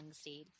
seed